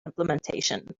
implementation